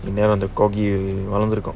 and then on the corgi வளர்ந்திருக்கும்:valarndhirukum